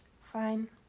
Fine